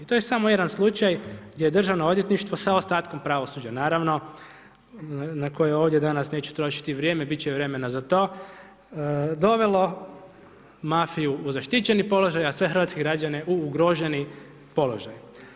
To je samo jedan slučaj, gdje Državno odvjetništvo, sa ostatkom pravosuđa, naravno, na koje ovdje danas neću trošiti vrijeme, biti će vremena za to, dovelo mafiju u zaštićeni položaj a sve hrvatske građane u ugroženi položaj.